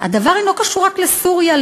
"הדבר אינו קשור רק לסוריה,